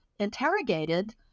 Interrogated